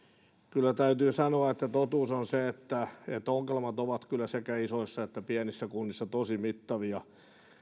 kyllä täytyy sanoa että totuus on se että ongelmat ovat kyllä sekä isoissa että pienissä kunnissa tosi mittavia